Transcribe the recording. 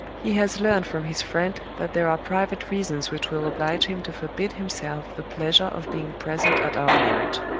he has learned from his friend that there are private reasons which will oblige him to forbid himself the pleasure of being present at our marriage.